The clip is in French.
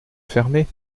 fermé